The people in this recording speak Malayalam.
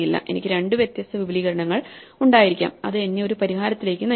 എനിക്ക് രണ്ട് വ്യത്യസ്ത വിപുലീകരണങ്ങൾ ഉണ്ടായിരിക്കാം അത് എന്നെ ഒരു പരിഹാരത്തിലേക്ക് നയിക്കും